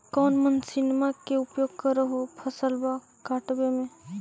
कौन मसिंनमा के उपयोग कर हो फसलबा काटबे में?